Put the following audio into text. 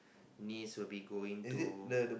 niece will be going to